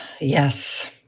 Yes